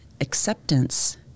acceptance